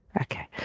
okay